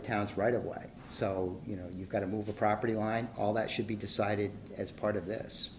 the town's right of way so you know you've got to move the property line all that should be decided as part of this